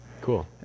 cool